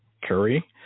Curry